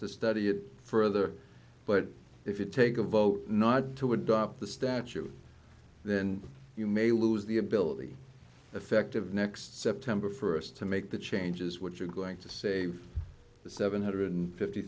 to study it further but if you take a vote not to adopt the statute then you may lose the ability effect of next september first to make the changes which are going to save the seven hundred fifty